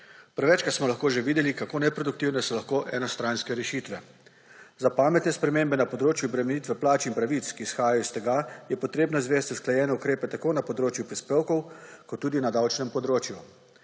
Prevečkrat smo lahko že videli, kako neproduktivne so lahko enostranske rešitve. Za pametne spremembe na področju obremenitve plač in pravic, ki izhajajo iz tega, je potrebno izvesti usklajene ukrepe tako na področju prispevkov kot tudi na davčnem področju,